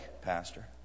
pastor